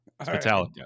Metallica